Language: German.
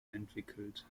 entwickelt